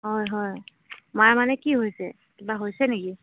হয় হয় মাৰ মানে কি হৈছে কিবা হৈছে নেকি